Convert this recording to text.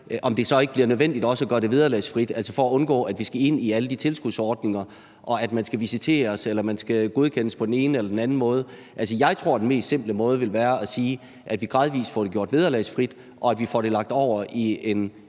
om det så ikke også bliver nødvendigt at gøre det vederlagsfrit for at undgå, at vi skal ind i alle de tilskudsordninger, og at man skal visiteres eller man skal godkendes på den ene eller den anden måde. Jeg tror, at den mest simple måde at gøre det på ville være at sige, at vi gradvis får det gjort vederlagsfrit, og at vi får det lagt over i en